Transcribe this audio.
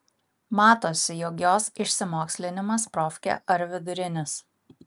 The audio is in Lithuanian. matosi jog jos išsimokslinimas profkė ar vidurinis